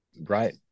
Right